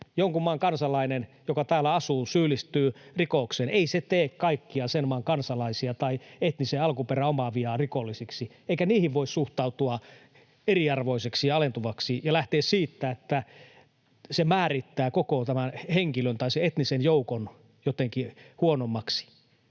jonkun maan kansalainen, joka täällä asuu, syyllistyy rikokseen, tee kaikkia sen maan kansalaisia tai etnisen alkuperän omaavia rikollisiksi, eikä heihin voi suhtautua eriarvoisesti ja alentuvasti ja lähteä siitä, että se määrittää koko tämän henkilön tai sen etnisen joukon jotenkin huonommaksi.